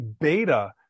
beta